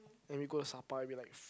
and we go to Sabah and be like